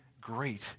great